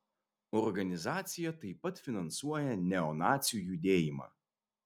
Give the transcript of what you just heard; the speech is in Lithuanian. organizacija taip pat finansuoja neonacių judėjimą